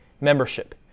membership